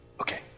Okay